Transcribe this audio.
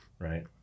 right